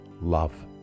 love